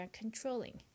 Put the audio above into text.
controlling